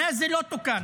מאז זה לא תוקן.